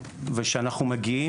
שמשחקים